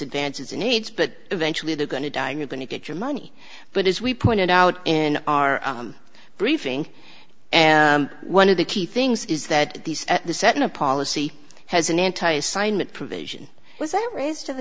advances in age but eventually they're going to die you're going to get your money but as we pointed out in our briefing and one of the key things is that these at the setting of policy has an anti assignment provision was that raised to the